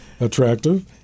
attractive